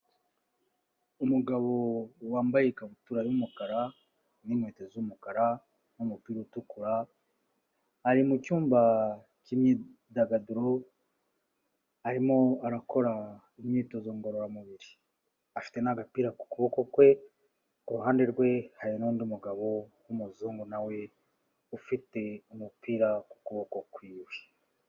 Umugabo wambaye ikabutura y'umukara n'inkweto z'umukara n'umupira utukura, ari mu cyumba k'imyidagaduro arimo arakora imyitozo ngororamubiri. Afite n'agapira ku kuboko kwe, kuruhande rwe hari n'undi mugabo w'umuzungu na we ufite umupira ku kuboko kw'iwe.